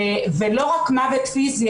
ולא רק מוות פיזי,